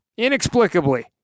inexplicably